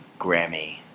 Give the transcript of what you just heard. Grammy